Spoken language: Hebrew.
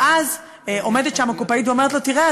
ואז עומדת שם הקופאית ואומרת לו: תראה,